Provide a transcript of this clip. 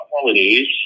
qualities